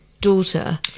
Daughter